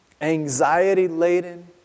anxiety-laden